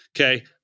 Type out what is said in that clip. okay